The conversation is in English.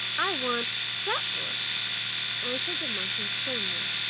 i want that one answered the monkey sternly.